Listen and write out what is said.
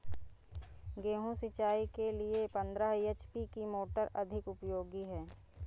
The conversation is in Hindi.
गेहूँ सिंचाई के लिए पंद्रह एच.पी की मोटर अधिक उपयोगी है?